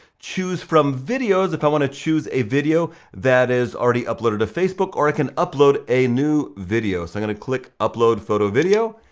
chose from videos, if i wanna chose a video that is already uploaded to facebook, or i can upload a new video. so i'm gonna click upload photo video,